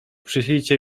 przyślijcie